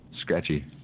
scratchy